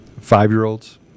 Five-year-olds